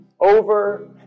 over